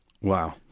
Wow